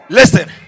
Listen